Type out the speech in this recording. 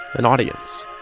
an audience.